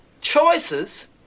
Choices